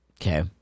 Okay